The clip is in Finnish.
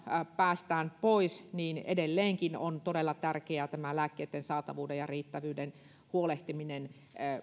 päästään pois niin edelleenkin on todella tärkeää huolehtia lääkkeitten saatavuudesta ja riittävyydestä